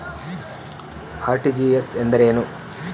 RTGS ಎಂದರೇನು?